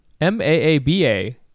M-A-A-B-A